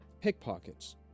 pickpockets